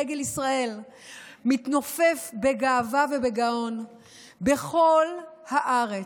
דגל ישראל מתנופף בגאווה ובגאון בכל הארץ.